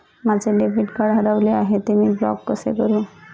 माझे debit card हरविले आहे, ते मी ब्लॉक कसे करु?